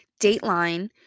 Dateline